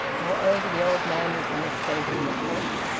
moreover the old man was in a state of neglect.